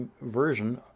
version